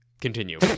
Continue